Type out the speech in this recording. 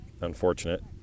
unfortunate